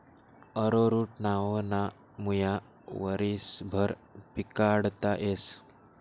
arrowroot नावना मुया वरीसभर पिकाडता येस